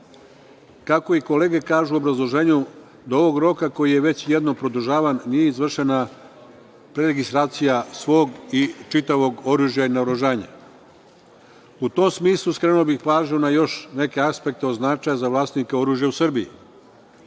Kako kolege kažu u obrazloženju, do ovog roka koji je već jednom produžavan, nije izvršena preregistracija svog i čitavog oružja i naoružanja.U tom smislu, skrenuo bih pažnju na još neke aspekte od značaja za vlasnike oružja u Srbiji. Kako